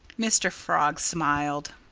mr. frog smiled.